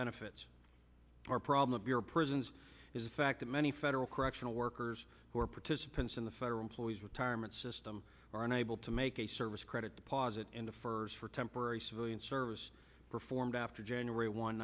benefits our problem here prisons is the fact that many federal correctional workers who are participants in the federal employees retirement system are unable to make a service credit deposit into furs for temporary civilian service performed after january one